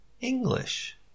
English